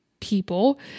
people